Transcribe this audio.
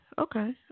Okay